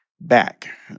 back